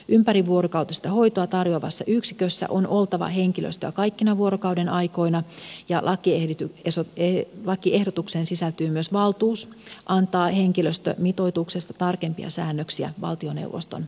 ympärivuorokautista hoitoa tarjoavassa yksikössä on oltava henkilöstöä kaikkina vuorokaudenaikoina ja lakiehdotukseen sisältyy myös valtuus antaa henkilöstömitoituksesta tarkempia säännöksiä valtioneuvoston asetuksella